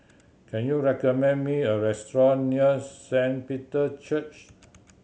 can you recommend me a restaurant near Saint Peter Church